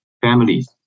families